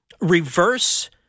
reverse